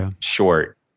short